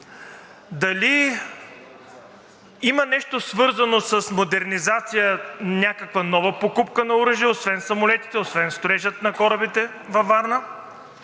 дали има нещо свързано с модернизация, някаква нова покупка на оръжие, освен самолетите, освен строежа на корабите във Варна?